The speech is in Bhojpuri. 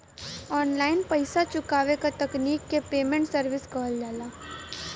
ऑनलाइन पइसा चुकावे क तकनीक के पेमेन्ट सर्विस कहल जाला